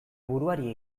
buruari